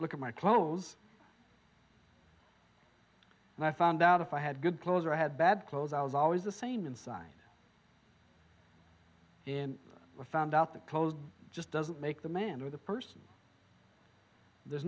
look at my clothes and i found out if i had good clothes or had bad clothes i was always the same inside found out the clothes just doesn't make the man or the person there's